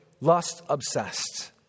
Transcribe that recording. lust-obsessed